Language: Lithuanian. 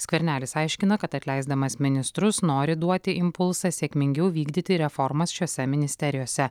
skvernelis aiškina kad atleisdamas ministrus nori duoti impulsą sėkmingiau vykdyti reformas šiose ministerijose